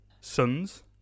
sons